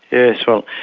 yes, well,